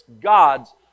gods